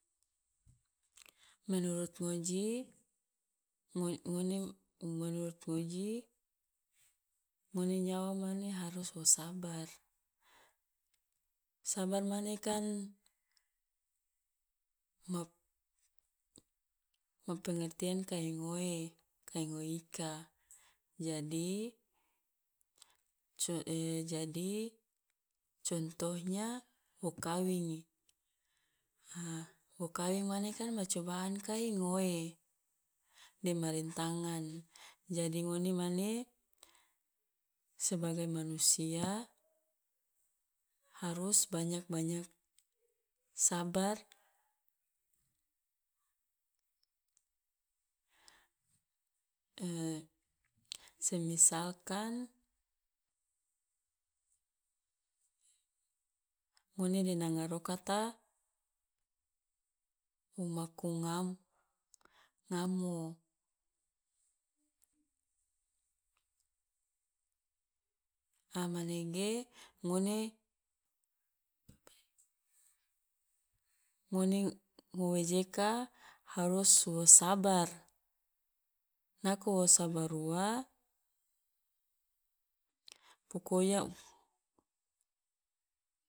menurut ngoji ngoi ngone menurut ngoji ngone nyawa mane harus wo sabar, sabar mane kan ma- ma pengertian kai ngoe kai ngoe ika, jadi co jadi contohnya wo kawingi ha wo kawing mane kan ma cobaan kai ngoe, dema rintangan, jadi ngone mane sebagai manusia harus banyak banyak sabar, semisalkan ngone de nanga rokata wo maku ngam ngamo, a manege ngone ngone ngo wejeka harus wo sabar, nako wo sabar ua pokonya